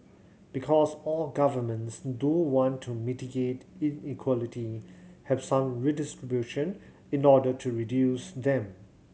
because all governments do want to mitigate inequality have some redistribution in order to reduce them